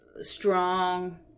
Strong